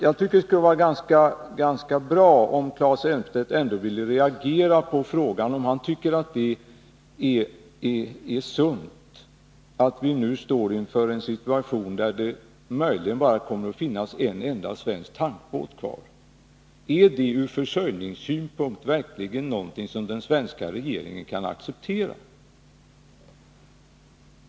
Jag tycker att det skulle vara ganska bra om Claes Elmstedt ändå ville reagera på frågan om han tycker att det är sunt att vi nu står inför en situation där det möjligen kommer att finnas bara en enda svensk tankbåt kvar. Är det något som den svenska regeringen, ur försörjningssynpunkt, verkligen kan acceptera?